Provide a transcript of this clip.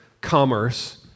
Commerce